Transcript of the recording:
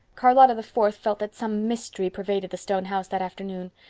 charlotta the fourth felt that some mystery pervaded the stone house that afternoon.